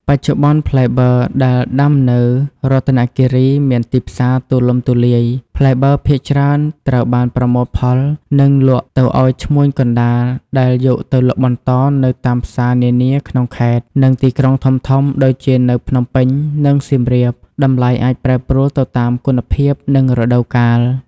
បច្ចុប្បន្ន ផ្លែបឺរដែលដាំនៅរតនគិរីមានទីផ្សារទូលំទូលាយ ផ្លែបឺរភាគច្រើនត្រូវបានប្រមូលផល និងលក់ទៅឱ្យឈ្មួញកណ្ដាលដែលយកទៅលក់បន្តនៅតាមផ្សារនានាក្នុងខេត្ត និងទីក្រុងធំៗដូចជានៅភ្នំពេញ និងសៀមរាប តម្លៃអាចប្រែប្រួលទៅតាមគុណភាព និងរដូវកាល។